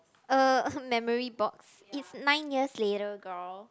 uh memory box it's nine years later girl